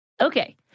Okay